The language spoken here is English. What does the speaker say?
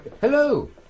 Hello